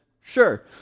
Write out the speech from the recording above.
sure